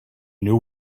knew